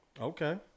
Okay